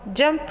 jump